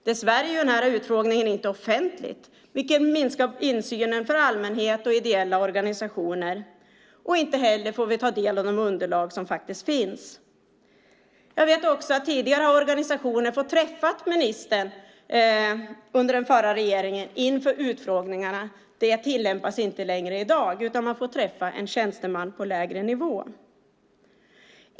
Dessvärre är dock utfrågningen inte offentlig, vilket minskar insynen för allmänheten och ideella organisationer, och inte heller får vi ta del av de underlag som faktiskt finns. Jag vet också att organisationer tidigare, under den förra regeringen, har fått träffa ministern inför utfrågningarna. Det tillämpas inte längre i dag, utan man får träffa en tjänsteman på lägre nivå.